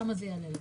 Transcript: כמה יעלה לך.